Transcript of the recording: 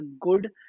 good